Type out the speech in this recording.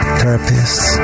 therapists